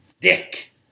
dick